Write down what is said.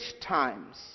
times